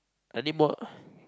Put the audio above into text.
I need more uh